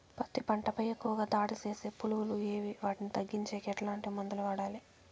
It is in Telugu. పత్తి పంట పై ఎక్కువగా దాడి సేసే పులుగులు ఏవి వాటిని తగ్గించేకి ఎట్లాంటి మందులు వాడాలి?